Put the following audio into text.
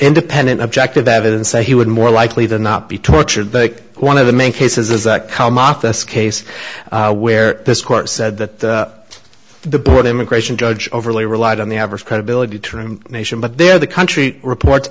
independent objective evidence that he would more likely than not be tortured one of the main cases that come out this case where this court said that the board immigration judge overly relied on the average credibility to nation but they're the country report